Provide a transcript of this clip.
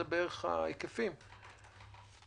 אלה ההיקפים בערך?